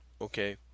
Okay